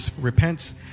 repents